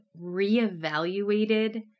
reevaluated